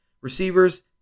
Receivers